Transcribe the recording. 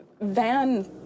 van